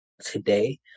today